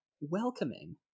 welcoming